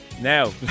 Now